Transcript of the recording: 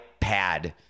ipad